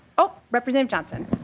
ah representative johnson